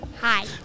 Hi